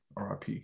RIP